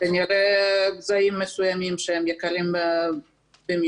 כנראה זה גזעים מסוימים שהם יקרים במיוחד.